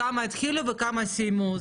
כמה התחילו וכמה סיימו.